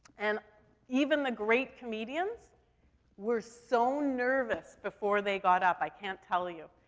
and even the great comedians were so nervous before they got up, i can't tell you.